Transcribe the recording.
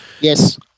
Yes